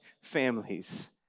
families